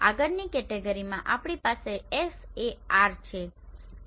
આગળની કેટેગરીમાં આપણી પાસે SAR છે